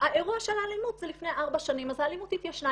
האירוע של האלימות זה כבר לפני ארבע שנים אז האלימות התיישנה,